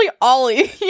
Ollie